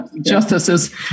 justices